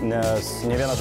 nes nė vienas